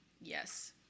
Yes